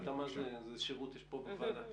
מה השאלה, אדוני